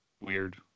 weird